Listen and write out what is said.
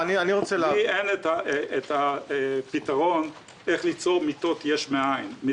לי אין את הפתרון איך ליצור מיטות יש מאין.